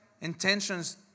Intentions